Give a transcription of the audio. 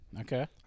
Okay